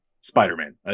Spider-Man